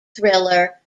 thriller